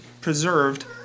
preserved